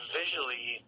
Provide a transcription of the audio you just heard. visually